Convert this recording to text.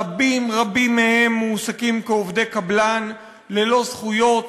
רבים-רבים מהם מועסקים כעובדי קבלן ללא זכויות